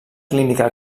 clínica